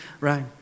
right